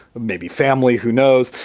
maybe family, who knows?